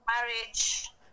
marriage